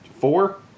four